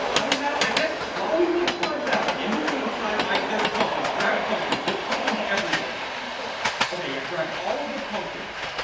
i mean metal. i guess while we look for a melon in the meantime. there's pumpkins grab pumpkins there's pumpkins everywhere and for okay. yeah, grab all of the pumpkins